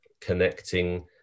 connecting